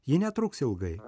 ji netruks ilgai